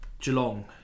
Geelong